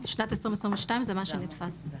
שנת 2022 זה מה שנתפס.